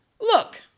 look